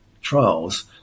trials